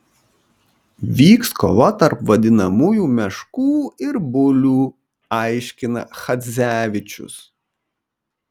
vyks kova tarp vadinamųjų meškų ir bulių aiškina chadzevičius